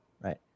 Right